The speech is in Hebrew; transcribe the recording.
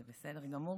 זה בסדר גמור.